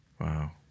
Wow